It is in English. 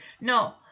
No